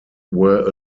were